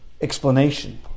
explanation